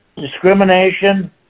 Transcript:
discrimination